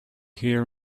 hear